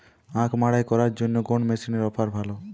আখ মাড়াই করার জন্য কোন মেশিনের অফার ভালো?